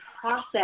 process